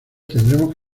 tendremos